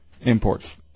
Imports